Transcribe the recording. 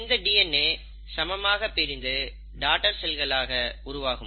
இந்த டிஎன்ஏ சமமாக பிரிந்து டாடர் செல்களாக உருவாகும்